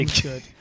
good